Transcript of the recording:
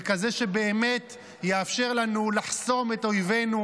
וכזה שבאמת יאפשר לנו לחסום את אויבינו,